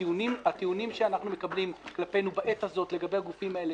הטיעונים שאנחנו מקבלים כלפינו בעת הזאת לגבי הגופים האלה,